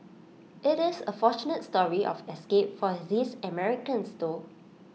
IT is A fortunate story of escape for these Americans though